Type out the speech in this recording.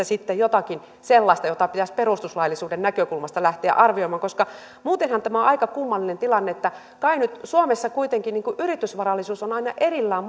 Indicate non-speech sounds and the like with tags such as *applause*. *unintelligible* sitten jotakin sellaista jota pitäisi perustuslaillisuuden näkökulmasta lähteä arvioimaan koska muutenhan tämä on aika kummallinen tilanne että kai nyt suomessa kuitenkin yritysvarallisuus on on aina erillään *unintelligible*